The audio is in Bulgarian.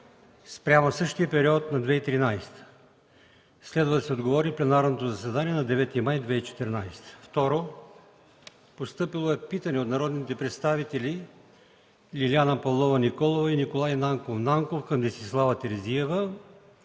спрямо същия период на 2013 г. Следва да се отговори в пленарното заседание на 9 май 2014 г. 2. Постъпило е питане от народните представители Лиляна Павлова Николова и Николай Нанков Нанков към Десислава Терзиева